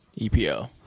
EPO